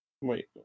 Wait